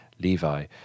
Levi